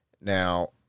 Now